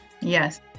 Yes